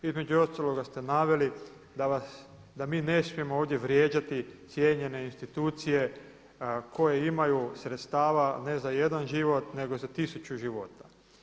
Između ostalog ste naveli da mi ne smijemo ovdje vrijeđati cjenjene institucije koje imaju sredstava ne za jedan život nego za tisuću života.